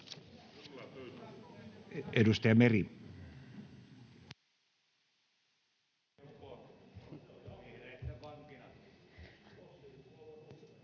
Edustaja Meri.